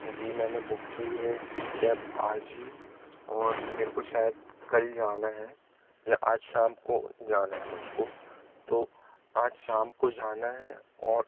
जी मैंने बुक की है कैब आज ही और मेरे को शायद कल जाना है या आज शाम को जाना है मुझ को तो आज शाम को जाना है और